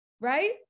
right